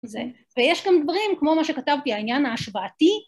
ויש גם דברים כמו מה שכתבתי העניין ההשוואתי